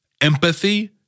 empathy